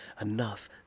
enough